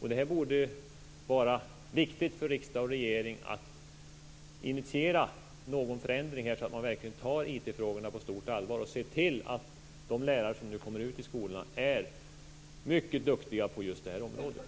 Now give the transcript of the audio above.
Här borde det vara viktigt för riksdag och regering att initiera någon förändring så att man verkligen tar IT frågorna på stort allvar och ser till att de lärare som nu kommer ut i skolorna är mycket duktiga på det här området.